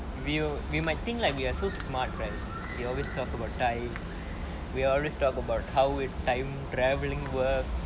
we'll we might think like we are so smart right you always talk about time we always talk about how will time travelling words